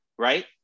Right